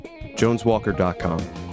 JonesWalker.com